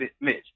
Mitch